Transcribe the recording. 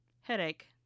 headache